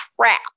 crap